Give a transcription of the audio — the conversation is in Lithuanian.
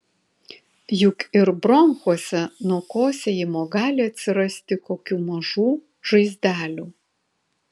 juk ir bronchuose nuo kosėjimo gali atsirasti kokių mažų žaizdelių